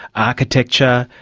architecture,